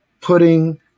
putting